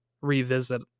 revisit